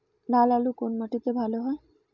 লাল আলু কোন মাটিতে ভালো হয়?